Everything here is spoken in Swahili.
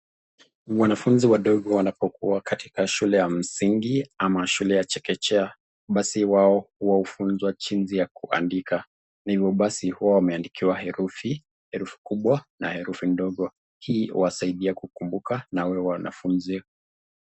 Wanafunzi wadogo wanapokuwa katika shule ya msingi ama shule ya chekechea, basi wao hufunzwa jinsi ya kuandika, na hivyo basi huwa wameandikiwa herufi, herufi kubwa na herufi ndogo. Hii huwasaidia kukumbuka na wawe wanafunzi..